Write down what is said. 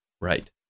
Right